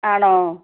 ആണോ